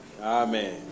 Amen